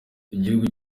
igihugu